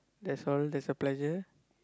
that's all that's a pleasure